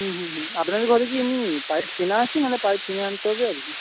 হুম হুম হুম আপনাদের ঘরে কি এমনি পাইপ কেনা আছে না হলে পাইপ কিনে আনতে হবে আর কি